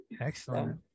Excellent